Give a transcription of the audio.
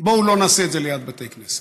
בואו לא נעשה זאת ליד בתי כנסת.